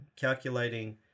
calculating